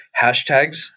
hashtags